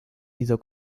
dieser